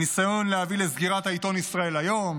הניסיון להביא לסגירת העיתון ישראל היום